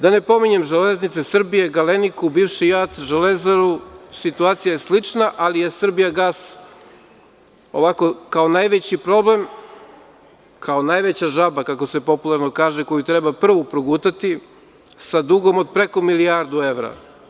Da ne pominjem „Železnicu Srbije“, „Galeniku“, bivši JAT, situacija je slična, ali je „Srbijagas“ kao najveći problem, kao najveća „žaba“, kako se popularno kaže, koju treba prvo progutati sa dugom od preko milijardu evra.